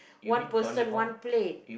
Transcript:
one person one plate